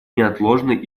неотложный